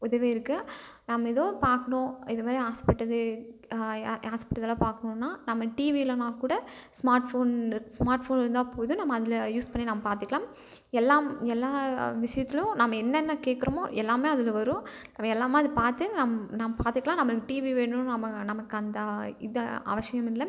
உதவியிருக்குது நம்ம ஏதோ பார்க்கணும் இது மாரி ஆசைப்பட்டது ஆசைப்பட்டதெல்லாம் பார்க்கணுன்னா நம்ம டிவி இல்லைனா கூட ஸ்மார்ட் ஃபோன் ஸ்மார்ட் ஃபோன் இருந்தால் போதும் நம்ம அதில் யூஸ் பண்ணி நம்ம பார்த்துக்கலாம் எல்லாம் எல்லா விஷயத்துலையும் நம்ம என்னென்ன கேட்குறமோ எல்லாமே அதில் வரும் நம்ம எல்லாமே அதை பார்த்து நம் நம் பார்த்துக்கலாம் நம்மளுக்கு டிவி வேணும் நம்ம நமக்கந்த இது அவசியமில்ல